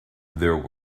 there